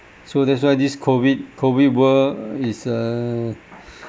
so that's why this COVID COVID world is uh